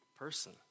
person